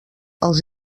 els